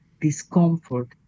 discomfort